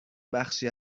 بخشی